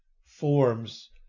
forms